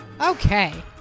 Okay